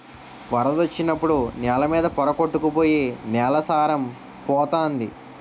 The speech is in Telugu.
వరదొచ్చినప్పుడు నేల మీద పోర కొట్టుకు పోయి నేల సారం పోతంది